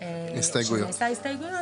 שנעשה הסתייגויות,